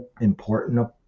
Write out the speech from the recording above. important